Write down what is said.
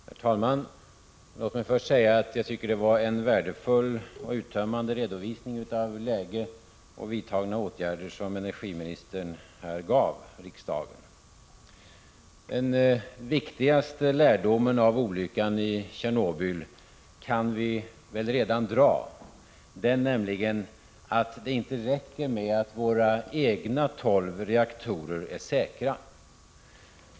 Herr talman! Låt mig först säga att jag tycker det var en värdefull och uttömmande redovisning av läge och vidtagna åtgärder som energiministern gav. Den viktigaste lärdomen av olyckan i Tjernobyl kan vi redan dra. Den säger oss att det inte räcker att våra egna tolv reaktorer är säkra.